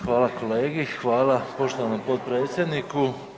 Hvala kolegi, hvala poštovanom potpredsjedniku.